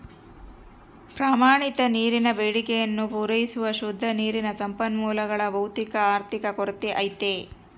ಪ್ರಮಾಣಿತ ನೀರಿನ ಬೇಡಿಕೆಯನ್ನು ಪೂರೈಸುವ ಶುದ್ಧ ನೀರಿನ ಸಂಪನ್ಮೂಲಗಳ ಭೌತಿಕ ಆರ್ಥಿಕ ಕೊರತೆ ಐತೆ